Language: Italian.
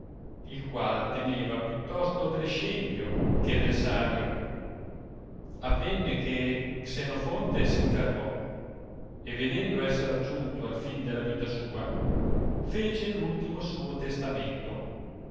il qual teneva piuttosto del scempio che del savio avenne che xenofonte s'infermò e vedendo esser aggiunto al fine della vita sua fece ultimo suo testamento